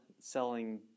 selling